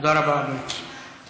תודה רבה, אדוני.